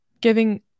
giving –